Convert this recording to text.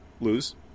lose